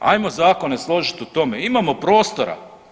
Ajmo zakone složiti u tome, imamo prostora.